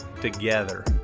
together